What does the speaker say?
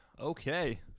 Okay